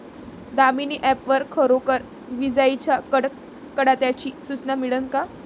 Damini app वर खरोखर विजाइच्या कडकडाटाची सूचना मिळन का?